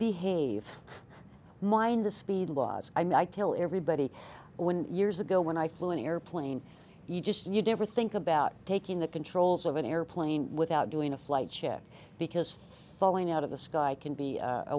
behave mind the speed laws i tell everybody when years ago when i flew an airplane you just you'd ever think about taking the controls of an airplane without doing a flight check because falling out of the sky can be